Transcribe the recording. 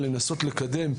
או לנסות לקדם,